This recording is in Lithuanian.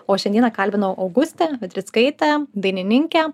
o šiandieną kalbinau augustę vedrickaitę dainininkę